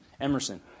Emerson